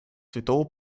святого